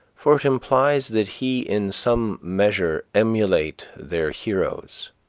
for it implies that he in some measure emulate their heroes,